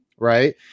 Right